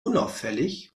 unauffällig